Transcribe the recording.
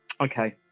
okay